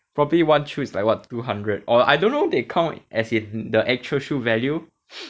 probably one shoe is like what two hundred or I don't know they count as in the actual shoe value